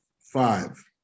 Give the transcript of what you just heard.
Five